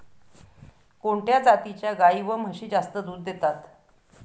कोणत्या जातीच्या गाई व म्हशी जास्त दूध देतात?